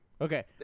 Okay